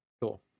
Cool